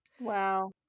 wow